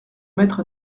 maître